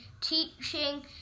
teaching